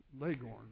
Leghorn